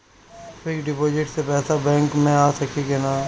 Fix deposit से पैसा bank मे आ सकी कि ना?